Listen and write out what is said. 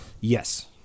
Yes